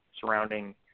surrounding